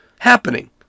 Happening